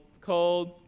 cold